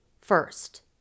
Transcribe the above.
First